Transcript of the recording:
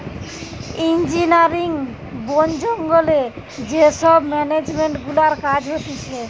engineering, বোন জঙ্গলে যে সব মেনেজমেন্ট গুলার কাজ হতিছে